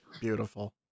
Beautiful